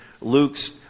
Luke's